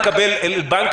לבנק,